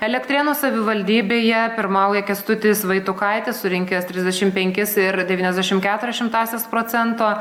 elektrėnų savivaldybėje pirmauja kęstutis vaitukaitis surinkęs trisdešimt penkis ir devyniasdešimt keturias šimtąsias procento